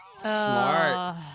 Smart